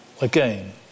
again